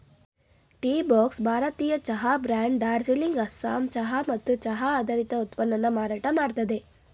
Teabox ಭಾರತೀಯ ಚಹಾ brand Darjeeling Assam ಚಹಾ ಮತ್ತು ಚಹಾ ಆಧಾರಿತ ಉತ್ಪನ್ನನ ಮಾರಾಟ ಮಾಡ್ತದೆ